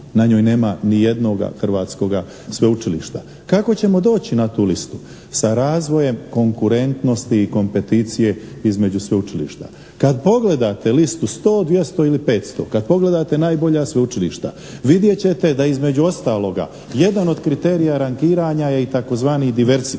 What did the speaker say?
na njoj nema ni jednoga hrvatskoga sveučilišta. Kako ćemo doći na tu listu? Sa razvojem konkurentnosti i kompeticije između sveučilišta. Kad pogledate listu 100, 200 ili 500, kad pogledate najbolja sveučilišta, vidjet ćete da između ostaloga jedan od kriterija rangiranja je i tzv. diverziti.